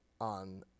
on